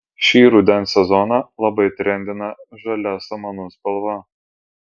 šį rudens sezoną labai trendina žalia samanų spalva